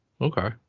Okay